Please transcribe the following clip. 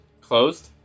Closed